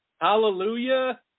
Hallelujah